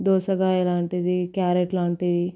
దోసకాయ లాంటిది క్యారెట్ లాంటివి